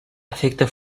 afecta